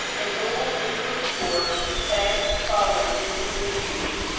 an old english sport fast falling into disuse,